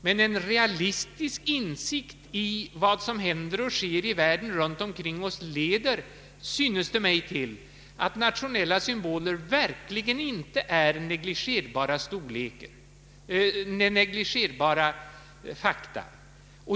Men en realistisk insikt i vad som händer och sker i världen runt omkring oss leder, synes det mig, till att nationella symboler verkligen inte är negligerbara fakta.